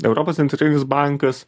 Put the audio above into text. europos centrinis bankas